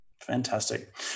Fantastic